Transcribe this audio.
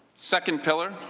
second pillar,